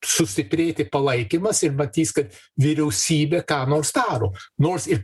sustiprėti palaikymas ir matys kad vyriausybė ką nors daro nors ir